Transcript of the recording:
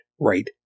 right